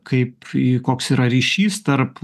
kaip į koks yra ryšys tarp